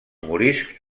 moriscs